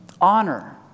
Honor